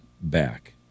back